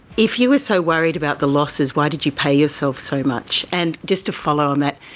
if you were so worried about the losses, why did you pay yourself so much? and, just to follow on that,